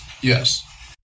Yes